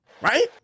Right